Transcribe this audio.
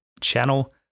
channel